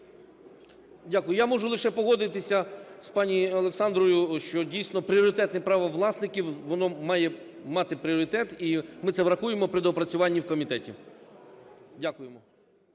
Дякую. Я можу лише погодитися з пані Олександрою, що дійсно пріоритетне право власників, воно має мати пріоритет, і ми це врахуємо при доопрацюванні в комітеті. Дякуємо.